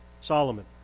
Solomon